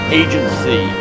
agency